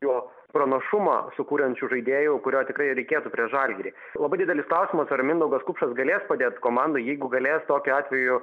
jo pranašumą sukuriančių žaidėjų kurio tikrai reikėtų prieš žalgirį labai didelis klausimas ar mindaugas kupšas galės padėt komandai jeigu galės tokiu atveju